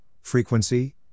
frequency